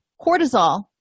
Cortisol